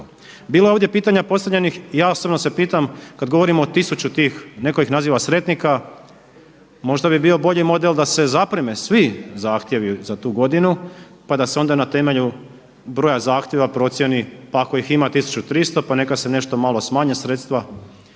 Bilo je ovdje pitanja postavljenih i ja osobno se pitam kad govorimo o tisuću tih, neko ih naziva sretnika, možda bi bio bolji model da se zapreme svi zahtjevi za tu godinu pa da se onda na temelju broja zahtjeva procijeni pa ako ih ima 1300 pa neka se nešto malo smanje sredstva,